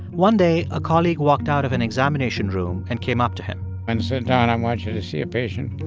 one day, a colleague walked out of an examination room and came up to him and said, don, i want you to see a patient.